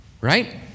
Right